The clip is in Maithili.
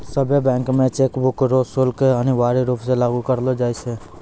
सभ्भे बैंक मे चेकबुक रो शुल्क अनिवार्य रूप से लागू करलो जाय छै